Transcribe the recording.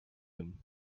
him